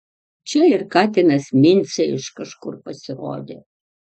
čia ir katinas mincė iš kažkur pasirodė